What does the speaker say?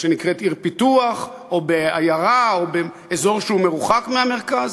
שנקראת עיר פיתוח או בעיירה או באזור שהוא מרוחק מהמרכז?